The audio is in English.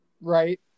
right